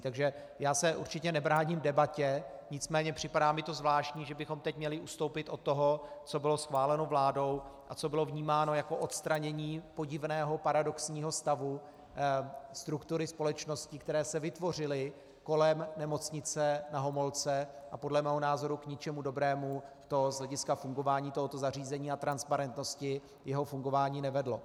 Takže já se určitě nebráním debatě, nicméně připadá mi zvláštní, že bychom teď měli ustoupit od toho, co bylo schváleno vládou a co bylo vnímáno jako odstranění podivného paradoxního stavu struktury společností, které se vytvořily kolem Nemocnice Na Homolce, a podle mého názoru k ničemu dobrému to z hlediska fungování tohoto zařízení a transparentnosti jeho fungování nevedlo.